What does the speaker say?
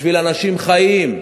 בשביל אנשים חיים,